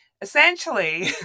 essentially